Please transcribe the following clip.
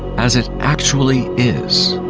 as it actually is.